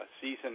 season